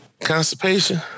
constipation